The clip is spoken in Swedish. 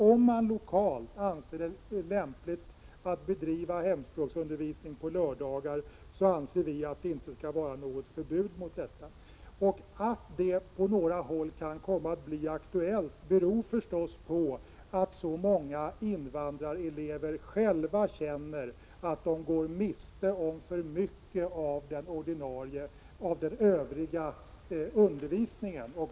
Om man lokalt anser det lämpligt att bedriva hemspråksundervisning på lördagar, anser vi att det inte skall vara något förbud mot detta. Att det på några håll kan komma att bli aktuellt beror förstås på att så många invandrarelever själva känner att de går miste om för mycket av den övriga undervisningen.